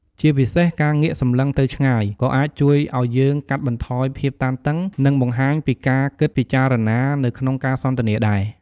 ជាពិសេស ការងាកសំឡឹងទៅឆ្ងាយ ក៏អាចជួយអោយយើងកាត់បន្ថយភាពតានតឹង និងបង្ហាញពីការគិតពិចារណានៅក្នុងការសន្ទនាដែរ។